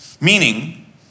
Meaning